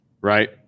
Right